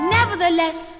Nevertheless